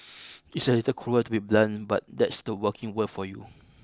it's a little cruel to be blunt but that's the working world for you